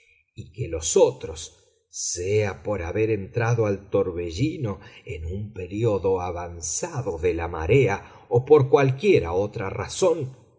y que los otros sea por haber entrado al torbellino en un período avanzado de la marea o por cualquiera otra razón